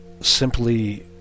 simply